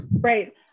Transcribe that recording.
right